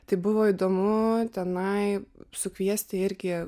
tai buvo įdomu tenai sukviesti irgi